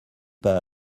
pas